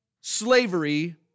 slavery